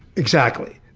exactly.